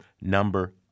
number